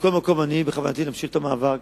מכל מקום, בכוונתי להמשיך במאבק.